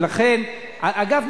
אגב,